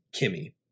Kimmy